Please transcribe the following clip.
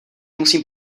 musím